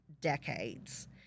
decades